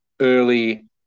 early